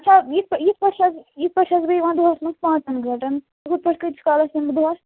اچھا یِتھ یِتھ پٲٹھۍ چھَس یِتھ پٲٹھۍ چھَس بہٕ دۄہَس منٛز پانٛژَن گٲنٛٹَن ہُتھ پٲٹھۍ کۭتِس کالَس یِمہٕ بہٕ دۄہس